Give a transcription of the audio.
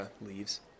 leaves